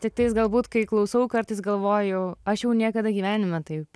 tiktais galbūt kai klausau kartais galvoju aš jau niekada gyvenime taip